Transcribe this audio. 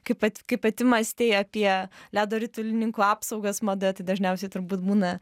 kaip pati kaip pati mąstei apie ledo ritulininkų apsaugas madoje tai dažniausiai turbūt būna